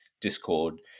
discord